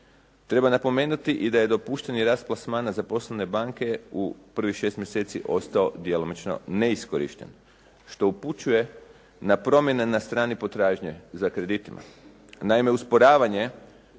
Treba napomenuti i da je dopušteni rast plasmana za poslovne banke u prvih šest mjeseci ostao djelomično neiskorišten što upućuje na promjene na strani potražnje za kreditima.